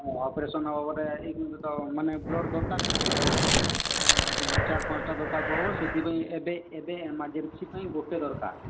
ହଁ ଅପରେସନ୍ ହବ ଗୁଟେ ବ୍ଲଡ଼୍ ଦରକାର ପଡ଼ିବ ଚାର ପାଞ୍ଚଟା ଦରକାର ପଡ଼ିବ ସେଥିପାଇଁ ଏବେ ଏବେ ଏମର୍ଜେନ୍ସି ପାଇଁ ଗୋଟେ ଦରକାର